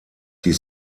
die